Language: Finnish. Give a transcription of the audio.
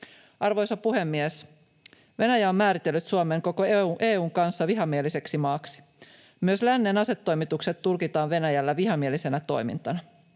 Arvoisa puhemies! Venäjä on määritellyt Suomen, koko EU:n kanssa, vihamieliseksi maaksi. Myös lännen asetoimitukset tulkitaan Venäjällä vihamielisenä toimintana.